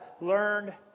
learned